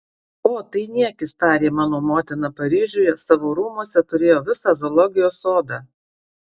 o tai niekis tarė mano motina paryžiuje savo rūmuose turėjo visą zoologijos sodą